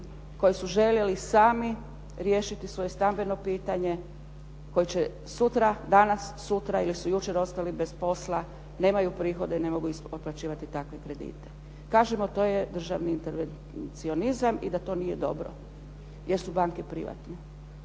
koji su željeli sami riješiti svoje stambeno pitanje koji će sutra, danas, sutra ili su jučer ostali bez posla, nemaju prihode i ne mogu otplaćivati takve kredite. Kažemo to je državni intervencionizam i da to nije dobro, jer su banke privatne.